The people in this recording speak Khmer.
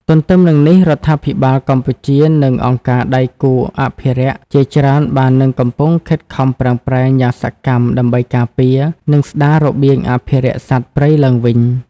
ទន្ទឹមនឹងនេះរដ្ឋាភិបាលកម្ពុជា និងអង្គការដៃគូអភិរក្សជាច្រើនបាននិងកំពុងខិតខំប្រឹងប្រែងយ៉ាងសកម្មដើម្បីការពារ និងស្តាររបៀងអភិរក្សសត្វព្រៃឡើងវិញ។